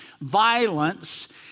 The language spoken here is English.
Violence